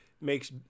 makes